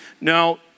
Now